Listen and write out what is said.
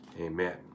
Amen